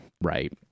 right